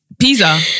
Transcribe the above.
Pizza